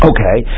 Okay